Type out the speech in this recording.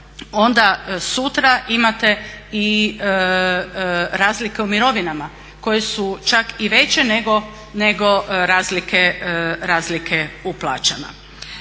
onda sutra imate i razlike u mirovinama koje su čak i veće nego razlike u plaćama.